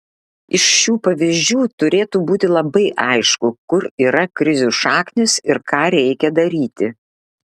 iš šių pavyzdžių turėtų būti labai aišku kur yra krizių šaknys ir ką reikia daryti